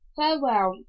farewell